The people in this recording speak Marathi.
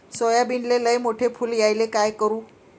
सोयाबीनले लयमोठे फुल यायले काय करू?